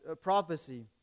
prophecy